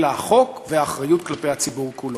אלא החוק והאחריות כלפי הציבור כולו.